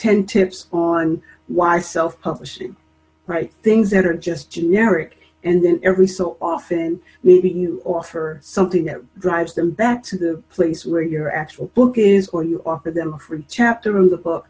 ten tips on why self publishing write things that are just generic and then every so often maybe you offer something that drives them back to the place where your actual book is or you offer them for chapter of the book